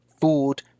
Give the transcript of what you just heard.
fooled